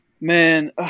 Man –